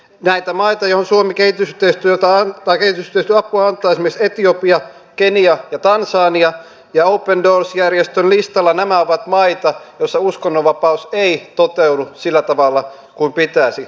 näitä maita joihin suomi kehitysyhteistyöapua antaa ovat esimerkiksi etiopia kenia ja tansania ja open doors järjestön listalla nämä ovat maita joissa uskonnonvapaus ei toteudu sillä tavalla kuin pitäisi